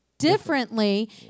differently